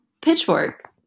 Pitchfork